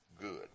good